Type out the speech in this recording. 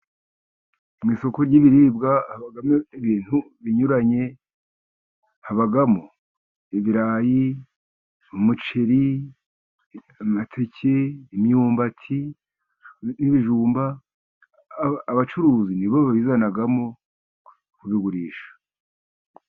Mu isoko ry'ibiribwa habamo ibintu binyuranye. Habamo ibirayi, umuceri, amateke, imyumbati n'ibijumba. abacuruzi ni bo babizanamo kubigurisha.